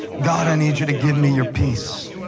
god, i need you to give me your peace.